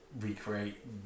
recreate